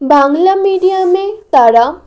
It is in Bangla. বাংলা মিডিয়ামে তারা